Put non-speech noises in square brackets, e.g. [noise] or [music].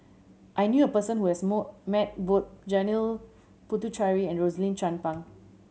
I knew a person who has [unintelligible] met both Janil Puthucheary and Rosaline Chan Pang